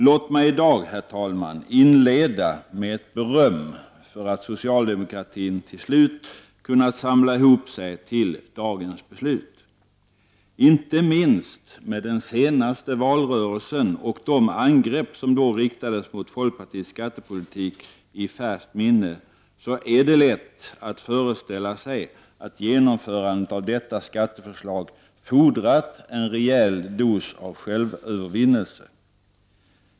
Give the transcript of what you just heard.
Låt mig i dag, herr talman, inleda med att berömma socialdemokraterna för att de till slut har kunnat samla ihop sig till dagens beslut. Inte minst med den senaste valrörelsen och de angrepp som då riktades mot folkpartiets skattepolitik i färskt minne är det lätt att föreställa sig att genomförandet av detta skatteförslag fordrat en rejäl dos av självövervinnelse.